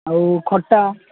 ଆଉ ଖଟା